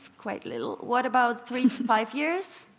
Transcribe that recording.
quite little. what about three five years?